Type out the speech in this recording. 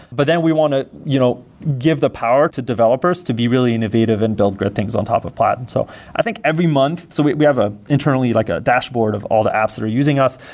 but then we want to you know give the power to developers to be really innovative and build great things on top of plaid. and so i think every month so we we have ah internally like a dashboard of all the apps that are using us,